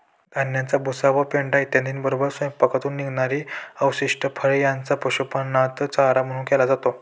धान्याचा भुसा व पेंढा इत्यादींबरोबरच स्वयंपाकघरातून निघणारी अवशिष्ट फळे यांचा पशुपालनात चारा म्हणून केला जातो